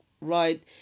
right